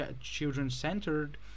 children-centered